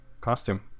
costume